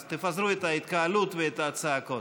אז תפזרו את ההתקהלות ואת הצעקות.